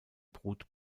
brut